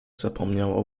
zapomniał